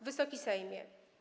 Wysoki Sejmie!